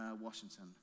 Washington